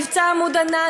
מבצע "עמוד ענן",